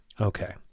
Okay